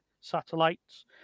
satellites